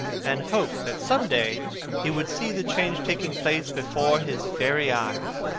and hoped that some day he would see the change taking place before his very eyes,